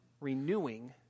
renewing